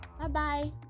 Bye-bye